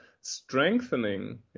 strengthening